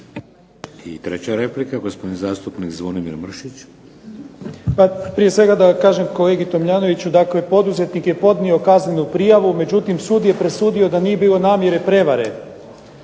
I treća replika, gospodin zastupnik Zvonimir Mršić. **Mršić, Zvonimir (SDP)** Pa prije svega da kažem kolegi Tomljavnoviću dakle poduzetnik je podnio kaznenu prijavu, međutim sud je presudio da nije bilo namjere prijevare.